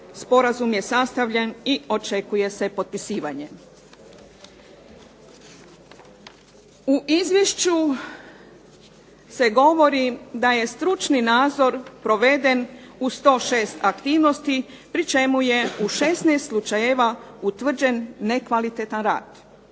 sporazum je sastavljen i očekuje se potpisivanje. U izvješću se govori da je stručni nadzor proveden u 106 aktivnosti pri čemu je u 16 slučajeva utvrđen nekvalitetan rad.